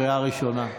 קריאה ראשונה.